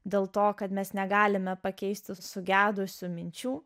dėl to kad mes negalime pakeisti sugedusių minčių